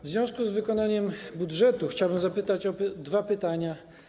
W związku z wykonaniem budżetu chciałbym zadać dwa pytania.